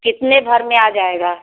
कितने भर में आ जाएगा